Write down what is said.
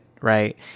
right